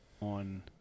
on